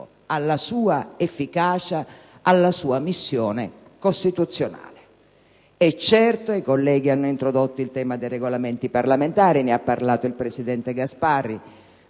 alla sua efficacia, alla sua missione costituzionale. Certo, i colleghi hanno introdotto il tema dei Regolamenti parlamentari, di cui ha parlato il presidente Gasparri: